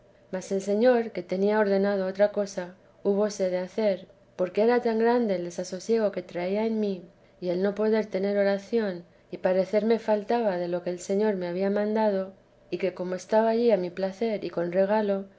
mas el señor que tenía ordenado otra cosa húbose de hacer porque era tan grande el desasosiego que traía en mí y el no poder tener oración y parecerme faltaba de lo que el señor me había mandado y que como estaba allí a mi placer y con regalo